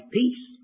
peace